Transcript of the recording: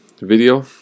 video